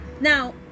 Now